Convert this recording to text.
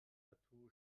tattoo